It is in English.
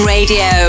Radio